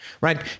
Right